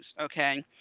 okay